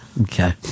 Okay